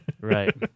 Right